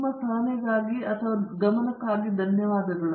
ನಿಮ್ಮ ಗಮನಕ್ಕಾಗಿ ಧನ್ಯವಾದಗಳು